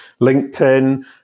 LinkedIn